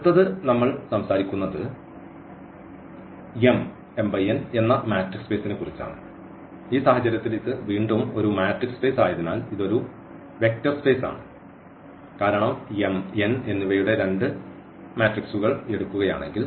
അടുത്തത് നമ്മൾ സംസാരിക്കുന്നത് എന്ന മാട്രിക്സ് സ്പേസ്നെക്കുറിച്ചാണ് ഈ സാഹചര്യത്തിൽ ഇത് വീണ്ടും ഒരു മാട്രിക്സ് സ്പേസ് ആയതിനാൽ ഇത് ഒരു വെക്റ്റർ സ്പേസ് ആണ് കാരണം m n എന്നിവയുടെ രണ്ട് മെട്രിക്സുകൾ എടുക്കുകയാണെങ്കിൽ